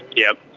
yep,